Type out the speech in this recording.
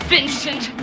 Vincent